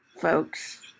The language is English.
folks